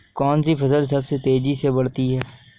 कौनसी फसल सबसे तेज़ी से बढ़ती है?